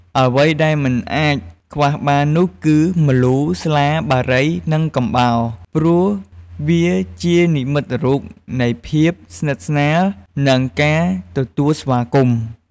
អ្វីដែលមិនអាចខ្វះបាននោះគឺ ម្លូ ស្លា បារី និងកំបោរ ព្រោះវាជានិមិត្តរូបនៃភាពស្និទ្ធស្នាល និងការទទួលស្វាគមន៍។